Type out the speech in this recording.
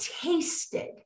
tasted